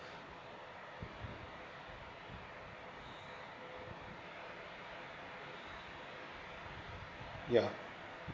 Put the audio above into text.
yeah